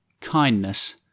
kindness